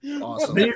Awesome